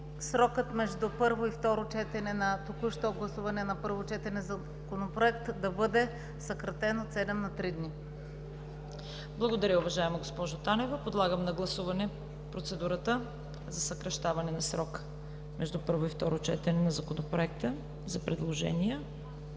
срокът между първо и второ четене на току-що гласувания на първо четене Законопроект да бъде съкратен от 7 на 3 дни. ПРЕДСЕДАТЕЛ ЦВЕТА КАРАЯНЧЕВА: Благодаря, уважаема госпожо Танева. Подлагам на гласуване процедурата за съкращаване на срока между първо и второ четене на Законопроекта, за предложения.